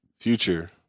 Future